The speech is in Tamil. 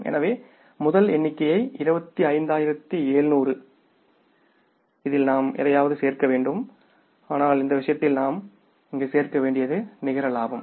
எனவே முதல் எண்ணிக்கை 25700 இதில் நாம் எதையாவது சேர்க்க வேண்டும் ஆனால் இந்த விஷயத்தில் நாம் இங்கு சேர்க்க வேண்டியது நிகர லாபம்